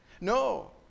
No